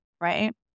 right